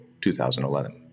2011